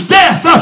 death